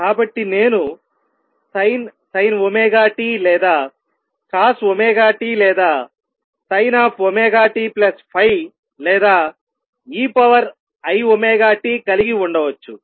కాబట్టి నేను sin ωt లేదా cosωt లేదా sin⁡ωtϕ లేదా eiωt కలిగి ఉండవచ్చు